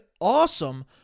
awesome